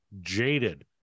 Jaded